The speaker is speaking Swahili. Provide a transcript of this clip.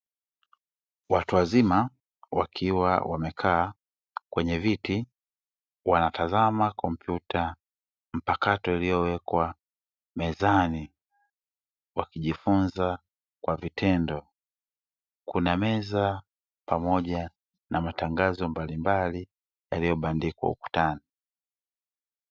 Watu wazima wakiwa wamekaa kwenye viti wanatazama kompyuta mpakato iliyowekwa mezani wakijifunza kwa vitendo, kuna meza pamoja na matangazo mbalimbali yaliobandikwa ukutani.